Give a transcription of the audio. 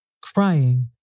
crying